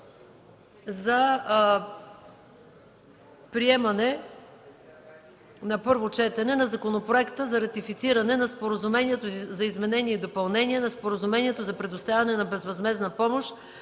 за приемане на първо четене на Законопроекта за ратифициране на Споразумението за изменение и допълнение на Споразумението за предоставяне на безвъзмездна помощ